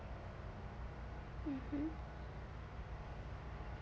mmhmm